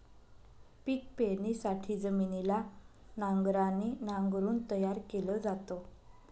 पिक पेरणीसाठी जमिनीला नांगराने नांगरून तयार केल जात